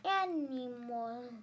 Animal